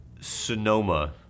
Sonoma